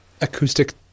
acoustic